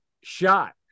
shot